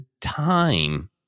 time